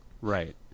Right